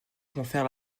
confère